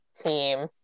team